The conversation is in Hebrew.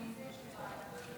של הגעה פיזית לוועדת חריגים?